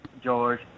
George